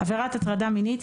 "עבירת הטרדה מינית"